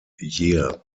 year